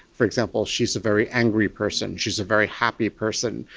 for example, she is a very angry person, she is a very happy person,